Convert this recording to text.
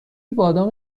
بادام